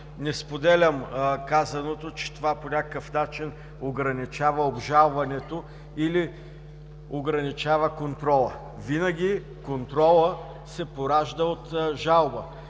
не споделям казаното, че това по някакъв начин ограничава обжалването или ограничава контрола. Контролът винаги се поражда от жалбата.